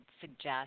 suggest